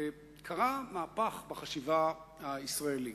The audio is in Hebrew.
קרה מהפך בחשיבה הישראלית.